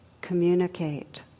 communicate